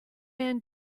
man